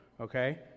okay